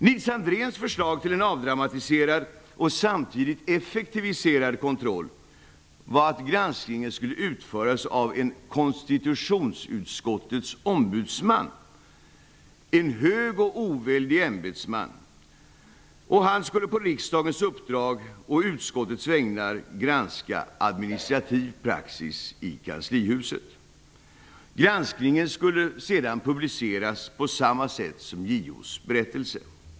Nils Andréns förslag till en avdramatiserad och samtidigt effektiviserad kontroll var att granskningen skulle utföras av en ''konstitutionsutskottets ombudsman'', en hög och oväldig ämbetsman. Han skulle på riksdagens uppdrag och på utskottets vägnar granska administrativ praxis i kanslihuset. Granskningen skulle sedan publiceras på samma sätt som JO:s berättelse.